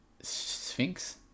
Sphinx